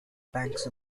banks